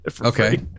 Okay